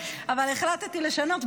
אבל החלטתי לשנות.